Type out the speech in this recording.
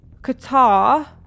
Qatar